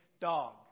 dog